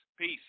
peace